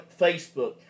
Facebook